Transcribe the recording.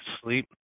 sleep